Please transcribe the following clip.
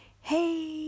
Hey